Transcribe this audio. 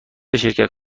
شرکت